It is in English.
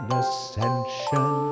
ascension